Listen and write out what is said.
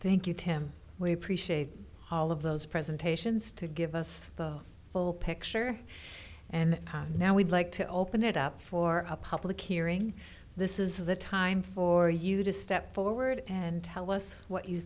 tim we appreciate all of those presentations to give us the full picture and now we'd like to open it up for a public hearing this is the time for you to step forward and tell us what you